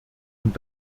und